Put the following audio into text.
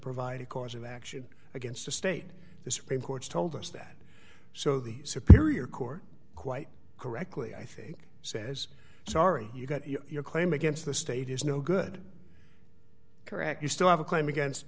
provide a course of action against the state the supreme court's told us that so the superior court quite correctly i think says sorry you got your claim against the state is no good correct you still have a claim against